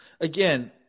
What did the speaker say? Again –